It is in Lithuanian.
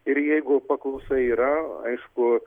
ir jeigu paklausa yra aišku